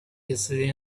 yesterday